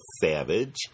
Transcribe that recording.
Savage